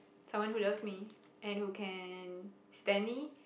someone who loves me and who can stand me